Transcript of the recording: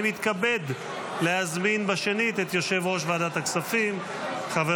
אני מתכבד להזמין שנית את יושב-ראש ועדת הכספים חבר